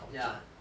ya